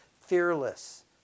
fearless